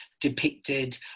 depicted